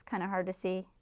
kind of hard to see.